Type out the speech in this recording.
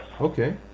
Okay